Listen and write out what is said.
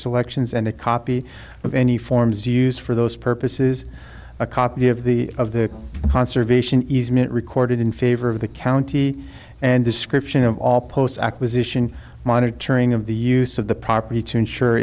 selections and a copy of any forms used for those purposes a copy of the of the conservation easement recorded in favor of the county and description of all post acquisition monitoring of the use of the property to insure